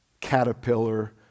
caterpillar